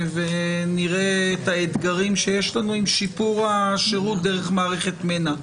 ונראה את האתגרים שיש לנו עם שיפור השירות דרך מערכת מנע.